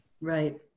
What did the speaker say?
Right